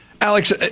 Alex